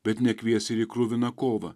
bet nekvies ir į kruviną kovą